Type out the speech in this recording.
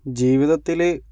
ജീവിതത്തിൽ